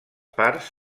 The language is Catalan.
parts